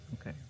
Okay